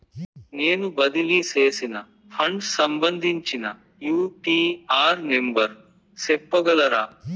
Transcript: నేను బదిలీ సేసిన ఫండ్స్ సంబంధించిన యూ.టీ.ఆర్ నెంబర్ సెప్పగలరా